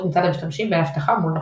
מצד המשתמשים בין אבטחה מול נוחות.